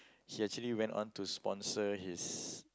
he actually went on to sponsor his